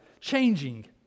changing